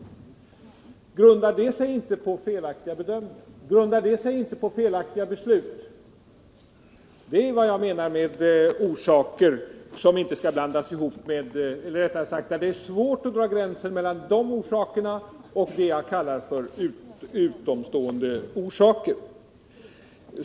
Grundar det sig inte på felaktiga bedömningar? Grundar det sig inte på felaktiga beslut? Det är vad jag menar med orsaker där det är frågan om utomkommunala orsaker.